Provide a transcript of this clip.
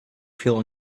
feel